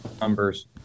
numbers